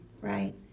right